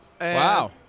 Wow